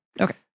Okay